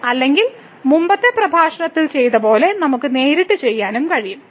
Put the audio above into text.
അല്ലെങ്കിൽ മുമ്പത്തെ പ്രഭാഷണത്തിൽ ചെയ്തതുപോലെ നമുക്ക് നേരിട്ട് ചെയ്യാനും കഴിയും